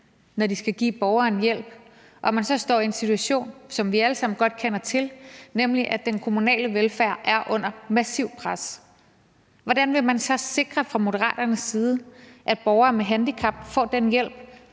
når de skal give borgeren hjælp, og de så står i en situation, som vi alle sammen godt kender til, nemlig hvor den kommunale velfærd er under massivt pres. Hvordan vil man så fra Moderaternes side sikre, at borgere med handicap får den hjælp